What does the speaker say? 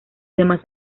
demás